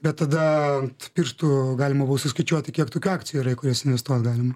bet tada ant pirštų galima buvo suskaičiuoti kiek tokių akcijų yra į kurias investuot galima